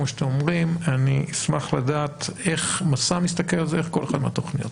אני אשמח לדעת איך כל אחת מהתכניות מסתכלת על זה.